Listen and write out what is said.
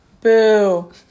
Boo